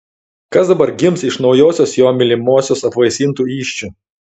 kas dabar gims iš naujosios jo mylimosios apvaisintų įsčių